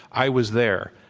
i was there.